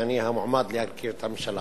כשאני המועמד להרכיב את הממשלה,